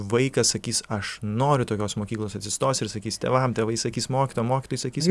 vaikas sakys aš noriu tokios mokyklos atsistos ir sakys tėvam tėvai sakys mokytojam mokytojai sakys